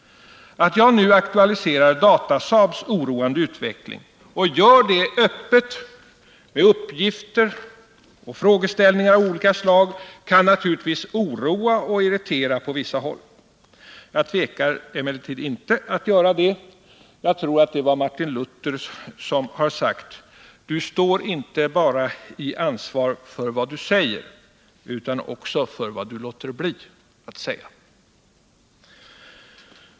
Att jag nu aktualiserar Datasaabs oroande utveckling och gör det öppet med uppgifter och frågeställningar av olika slag kan naturligtvis oroa och irritera på vissa håll. Jag tvekar emellertid inte att göra det. Jag tror att det är Martin Luther som har sagt: Du står inte bara i ansvar för vad du säger utan också för vad du låter bli att säga.